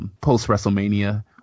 post-WrestleMania